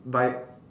by